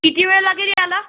किती वेळ लागेल यायला